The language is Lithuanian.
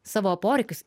savo poreikius